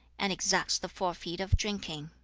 and exacts the forfeit of drinking.